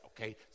okay